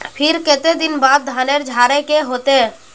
फिर केते दिन बाद धानेर झाड़े के होते?